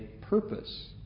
purpose